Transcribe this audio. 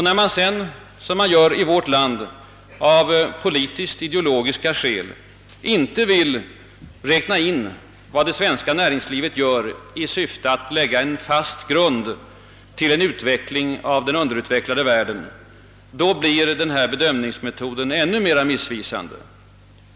När man sedan; som i vårt land, av politiskt-ideologiska skäl inte vill räkna in vad det svenska näringslivet gör i syfte att lägga en fast grund för en utveckling av den underutvecklade världen, blir bedömningsmetoden ännu mer missvisande.